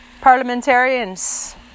parliamentarians